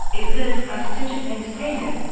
it lured prestigious entertainers,